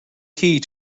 key